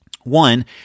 One